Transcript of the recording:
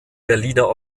berliner